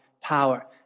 power